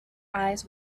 eyes